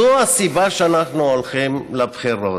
זו הסיבה שאנחנו הולכים לבחירות.